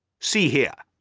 see here.